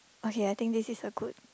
okay I think this is a good